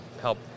help